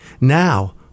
now